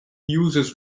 uses